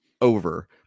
over